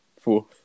four